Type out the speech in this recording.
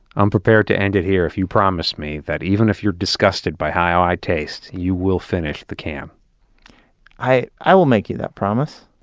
i'm prepared to end it here if you promise me that even if you're disgusted by how i taste, you will finish the can i i will make you that promise.